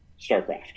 Starcraft